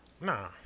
Nah